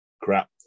crap